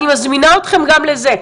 אני מזמינה אתכם גם לזה.